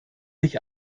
nicht